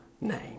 name